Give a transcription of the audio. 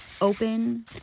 open